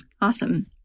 awesome